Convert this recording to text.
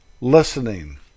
Listening